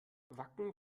wacken